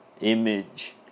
Image